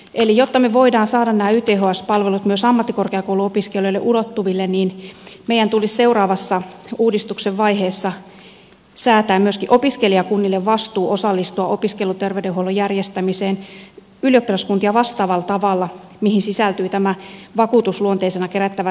eli jotta me voimme saada nämä yths palvelut myös ammattikorkeakouluopiskelijoiden ulottuville niin meidän tulisi seuraavassa uudistuksen vaiheessa säätää myöskin opiskelijakunnille vastuu osallistua opiskeluterveydenhuollon järjestämiseen ylioppilaskuntia vastaavalla tavalla mihin sisältyy tämä vakuutusluonteisena kerättävä terveydenhuoltomaksu